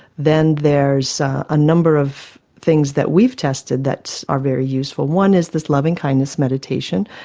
then there's a number of things that we've tested that are very useful. one is this loving-kindness meditation,